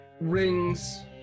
Rings